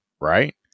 right